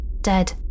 dead